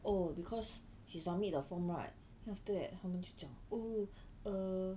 oh because she submit the form right then after that 他们就讲 oh err